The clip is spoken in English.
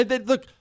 Look